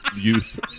youth